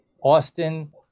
Austin